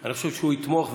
שאני חושב שהוא יתמוך,